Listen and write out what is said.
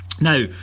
now